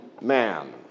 man